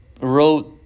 wrote